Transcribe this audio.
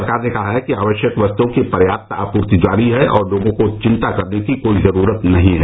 सरकार ने कहा है कि आवश्यक वस्तुओं की पर्याप्त आपूर्ति जारी है और लोगों को चिंता करने की कोई जरूरत नहीं है